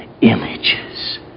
images